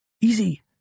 easy